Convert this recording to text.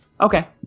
Okay